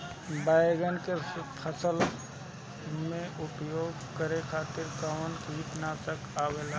बैंगन के फसल में उपयोग करे खातिर कउन कीटनाशक आवेला?